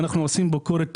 ואנחנו עושים ביקורות,